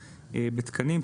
בתקנים.